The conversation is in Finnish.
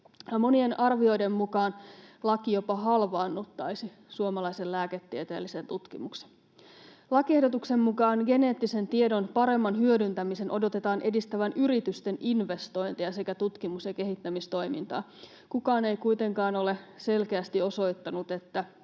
Monien arvioiden mukaan laki jopa halvaannuttaisi suomalaisen lääketieteellisen tutkimuksen. Lakiehdotuksen mukaan geneettisen tiedon paremman hyödyntämisen odotetaan edistävän yritysten investointeja sekä tutkimus‑ ja kehittämistoimintaa. Kukaan ei kuitenkaan ole selkeästi osoittanut,